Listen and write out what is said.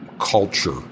culture